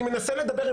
אני מנסה לדבר,